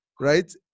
right